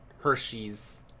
Hershey's